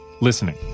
listening